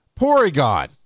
porygon